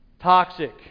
toxic